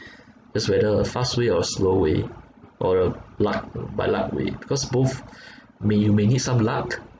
just whether a fast way or a slow way or uh luck by luck with it because both may you may need some luck